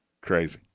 Crazy